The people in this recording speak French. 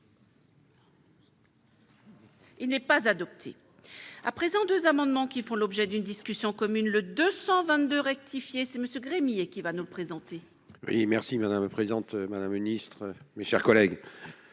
Il n'est pas adopté à présent 2 amendements qui font l'objet d'une discussion commune le 222 rectifié c'est Monsieur crémier qui va nous présenter. Merci madame la présidente, madame le ministre, mes chers collègues,